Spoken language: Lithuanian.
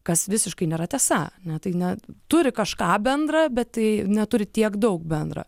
kas visiškai nėra tiesa ne tai ne turi kažką bendra bet tai neturi tiek daug bendra